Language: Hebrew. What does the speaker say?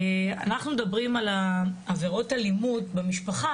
אנחנו מדברים על עבירות אלימות במשפחה